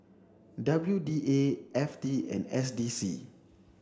W D A F T and S D C